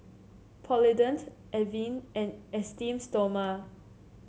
Polident Avene and Esteem Stoma